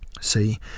See